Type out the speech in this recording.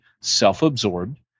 self-absorbed